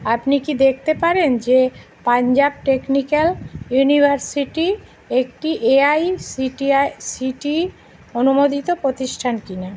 আপনি কি দেখতে পারেন যে পাঞ্জাব টেকনিক্যাল ইউনিভার্সিটি একটি A I C T E C T অনুমোদিত প্রতিষ্ঠান কিনা